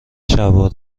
شلوار